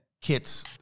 kits